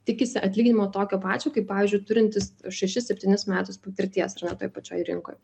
tikisi atlyginimo tokio pačio kaip pavyzdžiui turintis šešis septynis metus patirties ar ne toj pačioj rinkoj